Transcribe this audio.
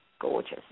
Gorgeous